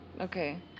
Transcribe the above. okay